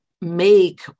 make